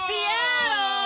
Seattle